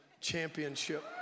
championship